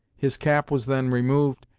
his cap was then removed,